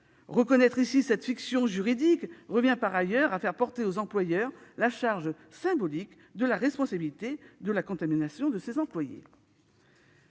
Reconnaître ici cette fiction juridique revient par ailleurs à faire porter aux employeurs la charge symbolique de la responsabilité de la contamination de leurs employés.